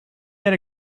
yet